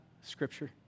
Scripture